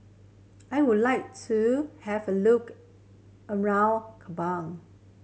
I would like to have a look around Kabul